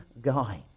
guy